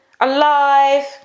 alive